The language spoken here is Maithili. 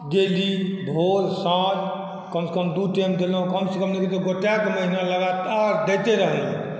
डेली भोर साँझ कमसँ कम दू टाइम देलौँ कमसँ कम गोटेक महिना लगातार दैते रहलौँ